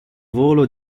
volo